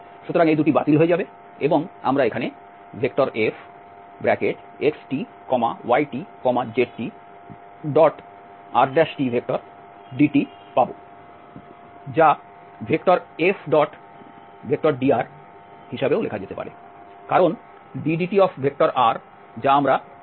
সুতরাং এই দুটি বাতিল হয়ে যাবে এবং আমরা এখানে Fxtytztrdt পাব যা F⋅drও লেখা যেতে পারে কারণ drdt যা আমরা এই r লিখেছি